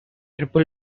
triple